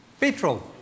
Petrol